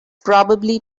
probably